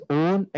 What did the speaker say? own